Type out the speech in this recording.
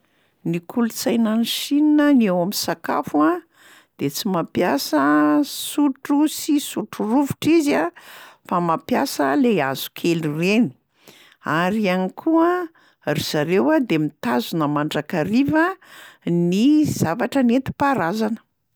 Ny kolontsaina any Chine ny eo am'sakafo a de tsy mampiasa sotro sy sotro rovitra izy a, fa mampiasa le hazokely reny. Ary ihany koa ry zareo a de mitazona mandrakariva ny zavatra nentim-paharazana.